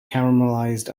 caramelized